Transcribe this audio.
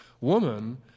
woman